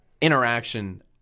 interaction